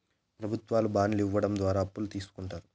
ప్రభుత్వాలు బాండ్లు ఇవ్వడం ద్వారా అప్పులు తీస్కుంటారు